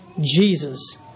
Jesus